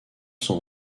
son